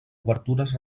obertures